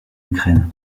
ukraine